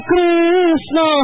Krishna